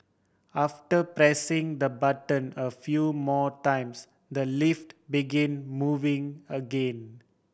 after pressing the button a few more times the lift begin moving again